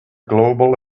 global